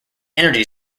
energy